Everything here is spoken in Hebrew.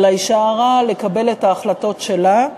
של האישה ההרה, לקבל את ההחלטות שלה,